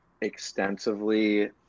extensively